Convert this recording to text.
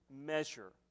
measure